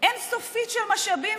אין-סופית של משאבים,